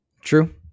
true